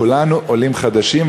כולנו עולים חדשים.